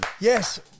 Yes